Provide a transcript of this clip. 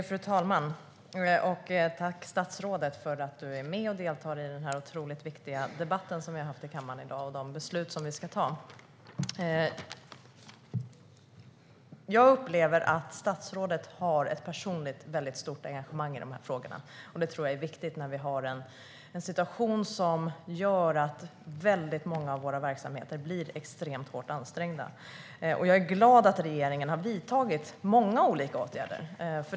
Fru talman! Tack, statsrådet, för att du är med och deltar i denna otroligt viktiga debatt i kammaren i dag inför de beslut som vi ska fatta! Jag upplever att statsrådet har ett väldigt stort personligt engagemang i de här frågorna, och det tror jag är viktigt när vi har en situation som gör att väldigt många av våra verksamheter blir extremt hårt ansträngda. Jag är glad att regeringen har vidtagit många olika åtgärder.